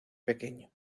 pequeño